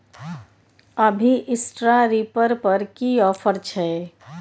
अभी straw reaper पर की ऑफर छै?